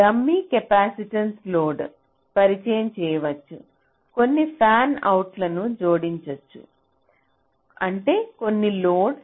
dummy capacitive లోడ్నుdummy connective load పరిచయం చేయవచ్చు కొన్ని ఫ్యాన్అవుట్లను జోడించండి అంటే కొన్ని లోడ్లు